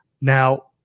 Now